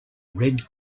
red